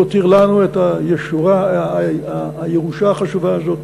הוא הותיר לנו את הירושה החשובה הזאת,